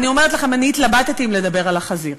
אני אומרת לכם שאני התלבטתי אם לדבר על החזיר.